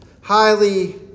highly